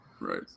Right